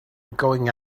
going